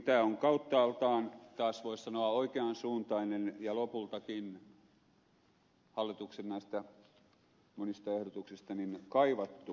tämä on kauttaaltaan taas voisi sanoa oikean suuntainen ja lopultakin hallituksen näistä monista ehdotuksista kaivattu